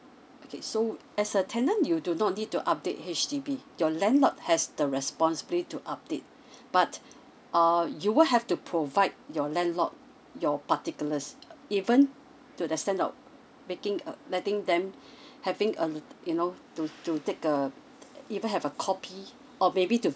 okay so as a tenant you do not need to update H_D_B your landlord has the responsibility to update but uh you will have to provide your landlord your particulars uh even to the extend of making uh letting them having uh you know to to take a uh even have a copy or maybe to